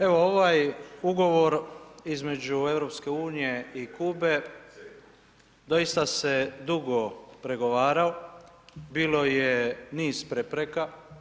Evo ovaj ugovor između EU i Kube doista se dugo pregovarao, bilo je niz prepreka.